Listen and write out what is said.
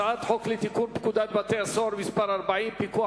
הצעת חוק לתיקון פקודת בתי-הסוהר (מס' 40) (פיקוח